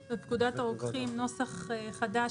פקודת הרוקחים בפקודת הרוקחים (נוסח חדשׂ),